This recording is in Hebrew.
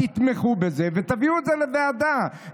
תתמכו בזה ותביאו את זה לוועדה.